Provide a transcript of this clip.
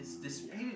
mm ya